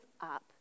up